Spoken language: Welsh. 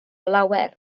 lawer